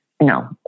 No